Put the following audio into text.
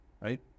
right